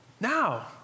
now